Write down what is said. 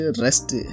rest